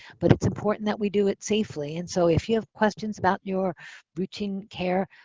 but it's important that we do it safely. and so if you have questions about your routine care,